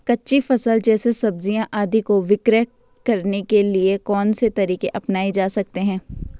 कच्ची फसल जैसे सब्जियाँ आदि को विक्रय करने के लिये कौन से तरीके अपनायें जा सकते हैं?